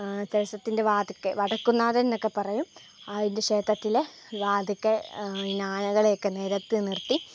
ക്ഷേത്രത്തിൻ്റെ വാതിൽക്കൽ വടക്കും നാഥനെന്നൊക്കെ പറയും അതിൻ്റെ ക്ഷേത്രത്തിലെ വാതിൽക്കൽ ഇങ്ങന ആനകളെയൊക്കെ നിരത്തി നിർത്തി